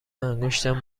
انگشتم